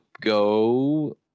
go